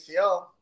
ACL